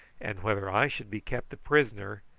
and whether i should be kept a prisoner,